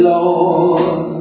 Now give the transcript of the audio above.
Lord